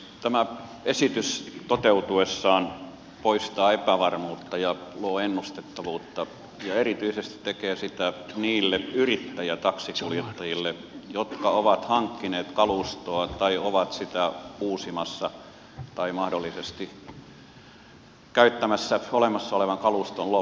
tämä esitys toteutuessaan poistaa epävarmuutta ja luo ennustettavuutta ja erityisesti tekee sitä niille yrittäjätaksinkuljettajille jotka ovat hankkineet kalustoa tai ovat sitä uusimassa tai mahdollisesti käyttämässä olemassa olevaa kalustoa loppuun